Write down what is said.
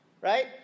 right